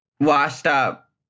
washed-up